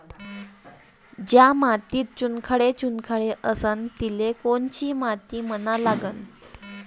ज्या मातीत चुनखडे चुनखडे असन तिले कोनची माती म्हना लागन?